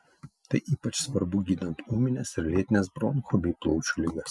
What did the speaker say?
tai ypač svarbu gydant ūmines ir lėtines bronchų bei plaučių ligas